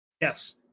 Yes